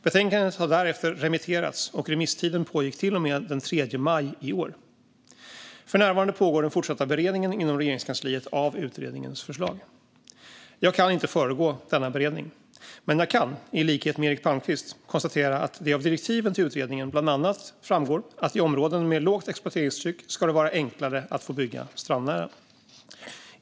Betänkandet har därefter remitterats, och remisstiden pågick till och med den 3 maj i år. För närvarande pågår den fortsatta beredningen inom Regeringskansliet av utredningens förslag. Jag kan inte föregå denna beredning. Men jag kan - i likhet med Eric Palmqvist - konstatera att det av direktiven till utredningen bland annat framgår att det i områden med lågt exploateringstryck ska vara enklare att få bygga strandnära.